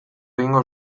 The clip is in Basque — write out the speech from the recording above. egingo